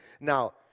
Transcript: now